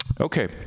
Okay